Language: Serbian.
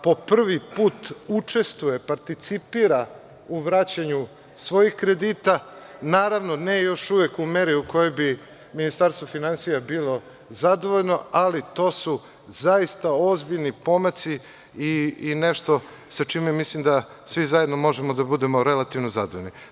Po prvi put učestvuje, participira, u vraćanju svojih kredita, naravno ne još uvek u meri u kojoj bi Ministarstvo finansija bilo zadovoljno, ali to su zaista ozbiljni pomaci i nešto sa čime svi zajedno možemo da budemo relativno zadovoljni.